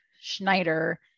Schneider